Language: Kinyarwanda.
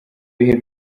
bihe